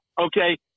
Okay